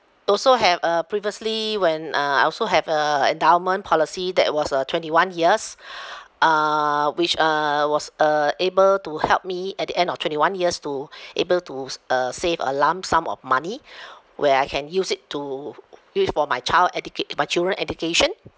also have uh previously when uh I also have a endowment policy that was uh twenty one years uh which uh was uh able to help me at the end of twenty one years to able to s~ uh save a lump sum of money where I can use it to use it for my child educat~ my children education